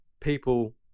people